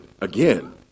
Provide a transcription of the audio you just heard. Again